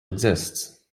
exists